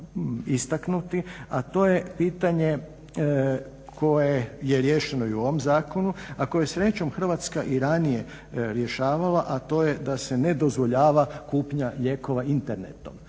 a to je pitanje koje je riješeno i u ovom zakonu, a koje je srećom Hrvatska i ranije rješavala, a to je da se ne dozvoljava kupnja lijekova internetom.